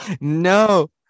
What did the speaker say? No